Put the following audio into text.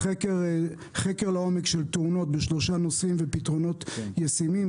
חקר לעומק של תאונות בשלושה נושאים ופתרונות ישימים,